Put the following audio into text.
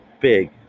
big